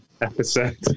episode